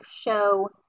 show